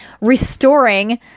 restoring